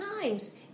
times